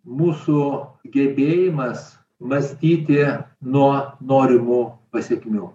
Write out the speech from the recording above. mūsų gebėjimas mąstyti nuo norimų pasekmių